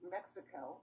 Mexico